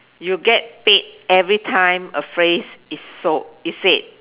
you get paid every time a phrase is sold is said